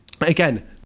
Again